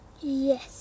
Yes